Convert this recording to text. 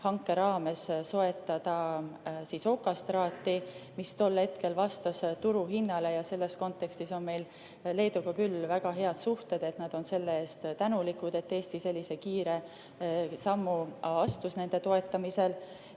hanke raames soetada okastraati, mis tol hetkel vastas turuhinnale. Selles kontekstis on meil Leeduga küll väga head suhted, et nad on selle eest tänulikud, et Eesti sellise kiire sammu astus nende toetamisel.